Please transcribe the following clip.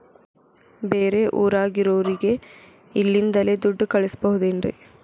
ಬೇರೆ ಊರಾಗಿರೋರಿಗೆ ಇಲ್ಲಿಂದಲೇ ದುಡ್ಡು ಕಳಿಸ್ಬೋದೇನ್ರಿ?